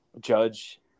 Judge